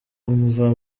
umva